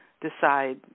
decide